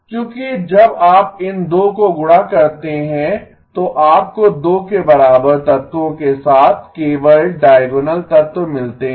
क्योंकि जब आप इन 2 को गुणा करते हैं तो आपको 2 के बराबर तत्वों के साथ केवल डायगोनल तत्व मिलते हैं